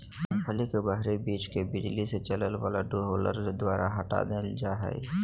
मूंगफली के बाहरी बीज के बिजली से चलय वला डीहुलर द्वारा हटा देल जा हइ